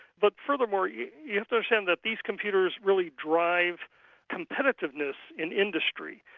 but furthermore, you you have to understand that these computers really drive competitiveness in industry.